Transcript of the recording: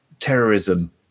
terrorism